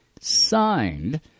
signed